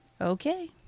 okay